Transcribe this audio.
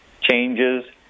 changes